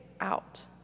out